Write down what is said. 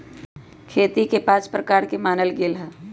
खेती के पाँच प्रकार के मानल गैले है